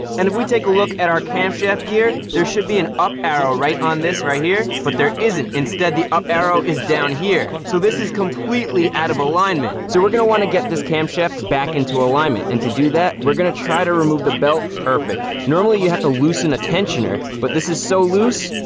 and if we take a look at our camshaft gear, there should be an up arrow right on this right here. but there isn't, instead, the up arrow is down here. so this is completely out of alignment. so we're gonna want to get this camshaft back into alignment. and to do that, we're gonna try to remove the belt perfect. normally, you have to loosen a tensioner, but this is so loose.